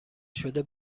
شده